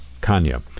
Kanya